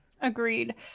agreed